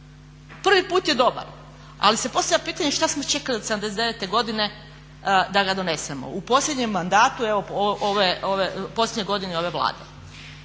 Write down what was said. prvi put je dobar, ali se postavlja pitanje što smo čekali od '79.godine da ga donesemo u posljednjem mandatu u posljednjoj